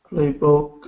Playbook